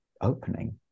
opening